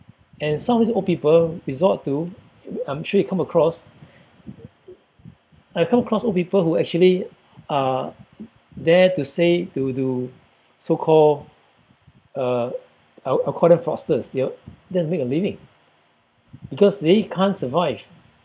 and some of these old people resort to I'm sure you've come across I come across old people who actually are there to stay to to so called uh I'll I'll call them fosters they're there to make a living because they can't survive